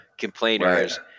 complainers